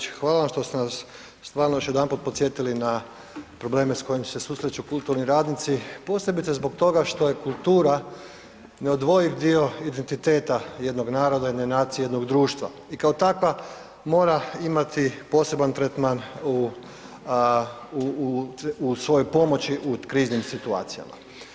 Kolegice Leaković, hvala što ste nas stvarno još jedanput podsjetili na probleme s kojima se susreću kulturni radnici posebice zbog toga što je kultura neodvojiv dio identiteta jednog naroda, jedne nacije, jednog društva i kao takva mora imati poseban tretman u svojoj pomoći u kriznim situacijama.